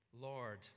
Lord